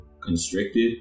constricted